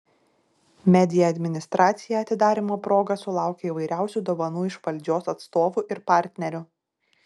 media administracija atidarymo proga sulaukė įvairiausių dovanų iš valdžios atstovų ir partnerių